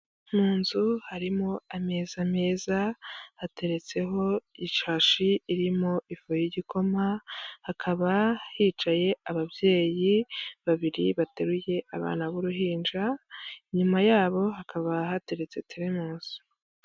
Mu nzu harimo ameza meza, hateretseho ishashi irimo ifu y'igikoma, hakaba hicaye ababyeyi babiri bateruye abana b'uruhinja, nyuma yabo hakaba hateretse teremusi.